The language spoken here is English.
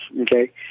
okay